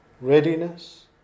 readiness